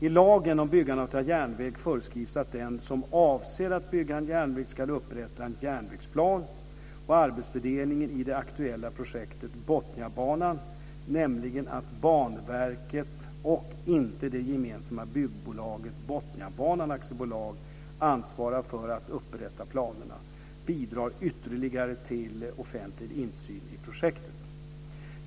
I lagen om byggande av järnväg föreskrivs att den som avser att bygga en järnväg ska upprätta en järnvägsplan. Arbetsfördelningen i det aktuella projektet om Botniabanan - nämligen att Banverket och inte det gemensamma byggbolaget Botniabanan AB ansvarar för att upprätta planerna - bidrar ytterligare till offentlig insyn i projektet.